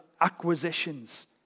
acquisitions